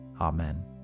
Amen